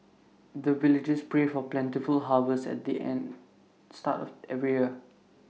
the villagers pray for plentiful harvest at the start of every year